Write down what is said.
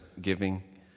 giving